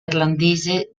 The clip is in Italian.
irlandese